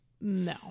no